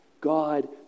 God